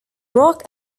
rock